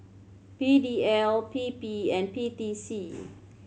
P D L P P and P T C